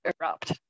erupt